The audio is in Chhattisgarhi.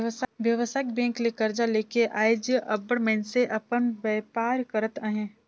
बेवसायिक बेंक ले करजा लेके आएज अब्बड़ मइनसे अपन बयपार करत अहें